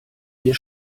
ihr